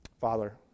Father